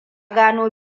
gano